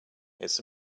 it’s